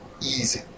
easy